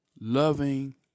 loving